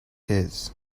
his